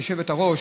היושבת-ראש,